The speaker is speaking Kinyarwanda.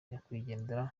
nyakwigendera